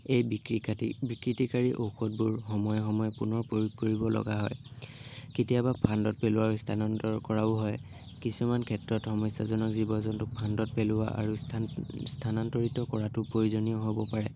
এই বিকৃকাতি বিকৃতিকাৰী ঔষধবোৰ সময়ে সময়ে পুনৰ প্ৰয়োগ কৰিব লগা হয় কেতিয়াবা ফান্দত পেলোৱাৰ স্থানান্তৰ কৰাও হয় কিছুমান ক্ষেত্ৰত সমস্যাজনক জীৱ জন্তু ফান্দত পেলোৱা আৰু স্থান স্থানান্তৰিত কৰাতো প্ৰয়োজনীয় হ'ব পাৰে